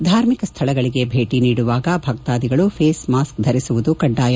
ಧಾರ್ಮಿಕ ಸ್ಥಳಗಳಿಗೆ ಭೇಟಿ ನೀಡುವಾಗ ಭಕ್ತಾದಿಗಳು ಫೇಸ್ ಮಾಸ್ಕ್ ಧರಿಸುವುದು ಕಡ್ಡಾಯ